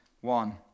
one